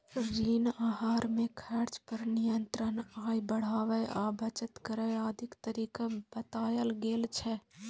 ऋण आहार मे खर्च पर नियंत्रण, आय बढ़ाबै आ बचत करै आदिक तरीका बतायल गेल छै